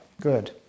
Good